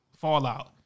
Fallout